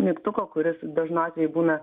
mygtuko kuris dažnu atveju būna